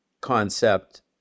concept